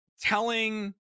telling